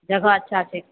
जगह अच्छा छै